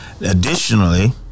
Additionally